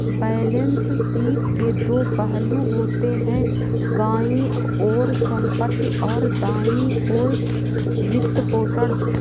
balance sheet के दो पहलू होते हैं, बाईं ओर संपत्ति, और दाईं ओर वित्तपोषण